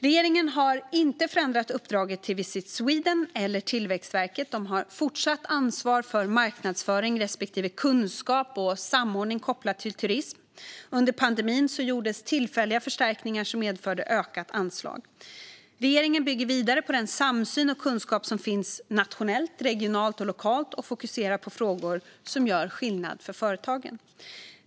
Regeringen har inte förändrat uppdraget till Visit Sweden eller Tillväxtverket. De har fortsatt ansvar för marknadsföring respektive kunskap och samordning kopplat till turism. Under pandemin gjordes tillfälliga förstärkningar som medförde ökat anslag. Regeringen bygger vidare på den samsyn och kunskap som finns nationellt, regionalt och lokalt och fokuserar på frågor som gör skillnad för företagen.